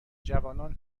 جوانان